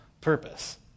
purpose